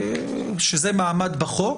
שזה מעמד בחוק.